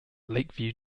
lakeview